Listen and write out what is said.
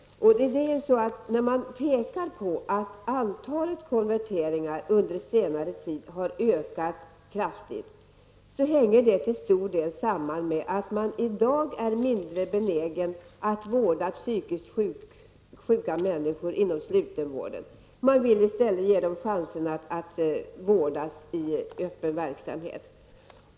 Man pekar på att antalet konverteringar under senare tid har ökat kraftigt. Detta hänger till stor del samman med att man i dag är mindre benägen att vårda psykiskt sjuka människor inom slutenvården. Man vill i stället ge dem chansen att vårdas i öppen verksamhet.